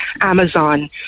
Amazon